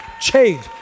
change